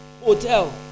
hotel